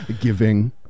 Giving